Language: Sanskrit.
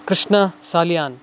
कृष्ण सालियान्